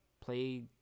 play